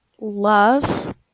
love